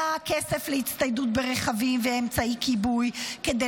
היה כסף להצטיידות ברכבים ואמצעי כיבוי כדי